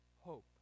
hope